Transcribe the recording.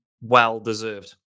well-deserved